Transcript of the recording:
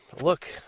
look